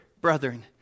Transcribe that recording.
brethren